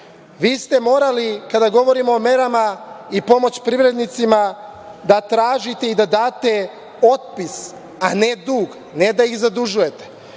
ste morali, kada govorim o merama i pomoć privrednicima, da tražite i da date otpis, a ne dug, ne da ih zadužujete.